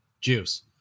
juice